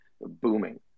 booming